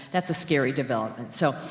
that's a scary development. so,